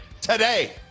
today